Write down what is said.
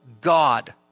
God